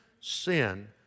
sin